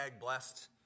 blessed